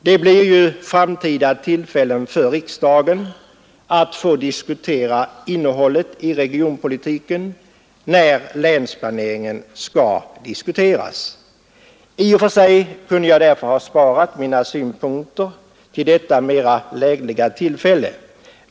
Det blir framtida tillfällen för riksdagen att diskutera innehållet i regionpolitiken när länsplaneringen skall diskuteras. I och för sig kunde jag därför ha sparat mina synpunkter till detta senare, mera lägliga tillfälle.